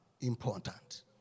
important